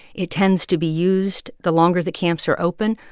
it tends to be used, the longer the camps are open,